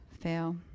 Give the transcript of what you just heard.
fail